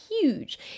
huge